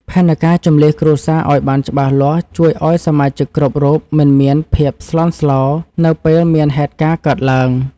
ផែនការជម្លៀសគ្រួសារឱ្យបានច្បាស់លាស់ជួយឱ្យសមាជិកគ្រប់រូបមិនមានភាពស្លន់ស្លោនៅពេលមានហេតុការណ៍កើតឡើង។